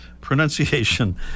pronunciation